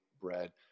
bread